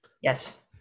Yes